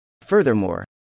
Furthermore